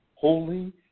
holy